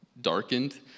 darkened